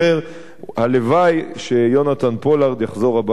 הלוואי שיהונתן פולארד יחזור הביתה בשלום.